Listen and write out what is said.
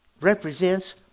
represents